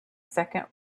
second